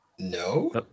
No